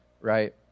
right